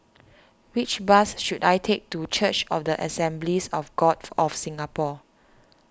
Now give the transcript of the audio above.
which bus should I take to Church of the Assemblies of God of Singapore